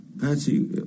Patsy